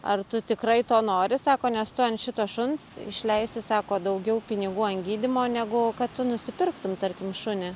ar tu tikrai to nori sako nes tu ant šito šuns išleisi sako daugiau pinigų ant gydymo negu kad tu nusipirktum tarkim šunį